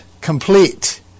complete